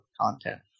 content